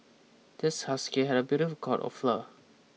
this husky had a beautiful coat of fur